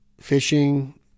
fishing